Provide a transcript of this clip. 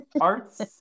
Arts